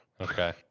okay